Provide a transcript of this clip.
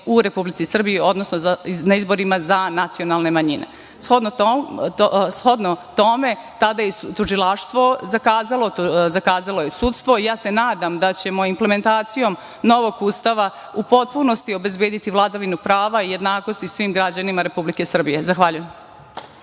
u Republici Srbiji, odnosno na izborima za nacionalne manjina. Shodno tome, tada je tužilaštvo zakazalo, zakazalo je sudstvo. Ja se nadama da ćemo implementacijom novog Ustava u potpunosti obezbediti vladavinu prava, jednakosti i svim građanima Republike Srbije. Zahvaljujem.